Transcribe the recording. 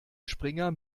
springer